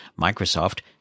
Microsoft